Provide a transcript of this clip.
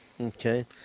Okay